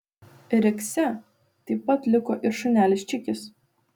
rekse taip pat liko ir šunelis čikis